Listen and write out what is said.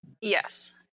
Yes